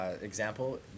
Example